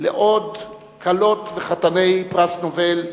לעוד כלות וחתני פרס נובל,